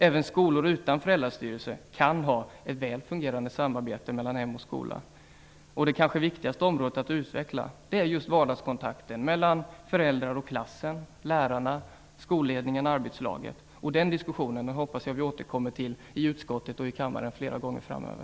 Även skolor utan föräldrastyrelse kan ha ett väl fungerande samarbete mellan hem och skola. Det kanske viktigaste området att utveckla är just vardagskontakten mellan föräldrarna och klassen, lärarna, skolledningen och arbetslaget. Den diskussionen hoppas jag att vi återkommer till i utskottet och i kammaren flera gånger framöver.